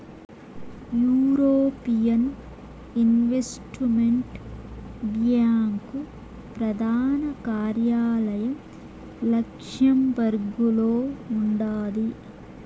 European investment bank ప్రదాన కార్యాలయం లక్సెంబర్గులో ఉండాది